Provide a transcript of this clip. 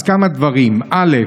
אז כמה דברים: א.